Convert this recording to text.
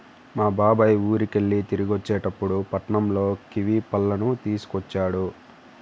మా బాబాయ్ ఊరికెళ్ళి తిరిగొచ్చేటప్పుడు పట్నంలో కివీ పళ్ళను తీసుకొచ్చాడు